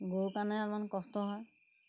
গৰু কাৰণে অলমান কষ্ট হয়